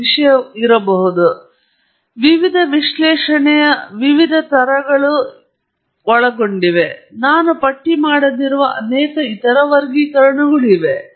ಆದ್ದರಿಂದ ನಿಸ್ಸಂಶಯವಾಗಿ ವಿವಿಧ ವಿಶ್ಲೇಷಣೆಯ ವಿವಿಧ ಹೋಸ್ಟ್ಗಳು ಒಳಗೊಂಡಿವೆ ಮತ್ತು ನಾನು ಪಟ್ಟಿ ಮಾಡದಿರುವ ಅನೇಕ ಇತರ ವರ್ಗೀಕರಣಗಳಿವೆ